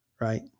right